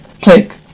click